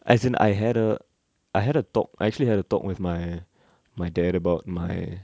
as in I had a I had a talk actually I had a talk with my my dad about my